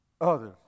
others